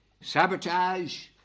sabotage